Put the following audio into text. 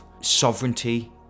sovereignty